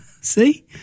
see